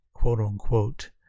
quote-unquote